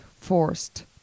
forced